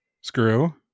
screw